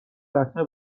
لطمه